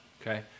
Okay